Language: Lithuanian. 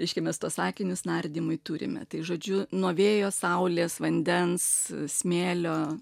reiškia mes tuos sakinius nardymui turime tai žodžiu nuo vėjo saulės vandens smėlio